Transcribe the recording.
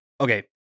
Okay